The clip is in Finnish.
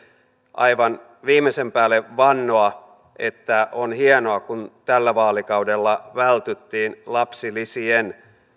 aivan viimeisen päälle vannoa että on hienoa kun tällä vaalikaudella vältyttiin lapsilisien